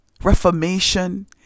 reformation